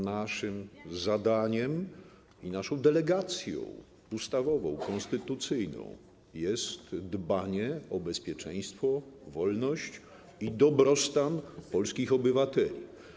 Naszym zadaniem i naszą delegacją ustawową, konstytucyjną, jest dbanie o bezpieczeństwo, wolność i dobrostan polskich obywateli.